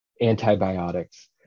antibiotics